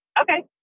okay